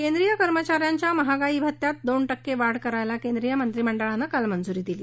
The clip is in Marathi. केंद्रीय कर्मचाऱ्यांच्या महागाई भत्त्यात दोन टक्के वाढ करायला केंद्रीय मंत्रिमंडळानं काल मंजुरी दिली